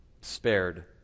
spared